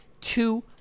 two